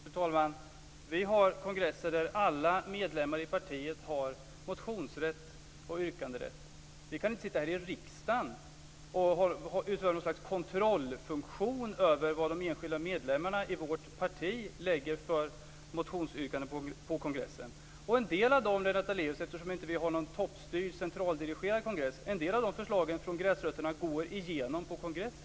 Fru talman! Vi har kongresser där alla medlemmar i partiet har motionsrätt och yrkanderätt. Vi kan inte sitta här i riksdagen och utföra något slags kontrollfunktion över vad de enskilda medlemmarna i vårt parti lägger för motionsyrkanden på kongressen. En del av de förslagen från gräsrötterna går igenom på kongressen, Lennart Daléus, eftersom vi inte har någon toppstyrd centraldirigerad kongress.